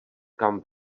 kam